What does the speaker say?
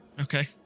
Okay